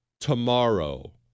tomorrow